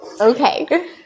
Okay